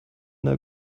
der